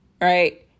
right